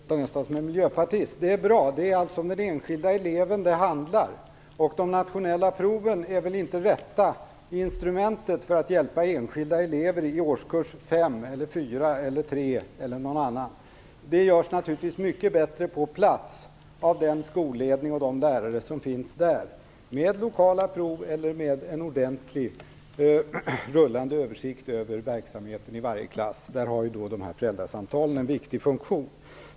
Herr talman! Nu börjar Beatrice Ask låta nästan som en miljöpartist. Det är bra. Det är alltså om den enskilda eleven det handlar. De nationella proven är väl inte det rätta instrumentet för att hjälpa enskilda elever i årskurs 5, 4 eller 3 eller någon annan årskurs. Det görs naturligtvis mycket bättre på plats av den skolledning och de lärare som finns, med lokala prov eller en ordentlig rullande översikt av verksamheten i varje klass. Där har föräldrasamtalen en viktig funktion.